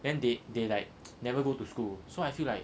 then they they like never go to school so I feel like